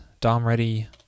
DOM-ready